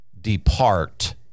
depart